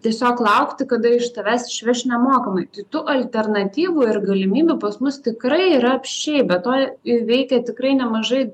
tiesiog laukti kada iš tavęs išveš nemokamai tai tų alternatyvų ir galimybių pas mus tikrai yra apsčiai be to veikia tikrai nemažai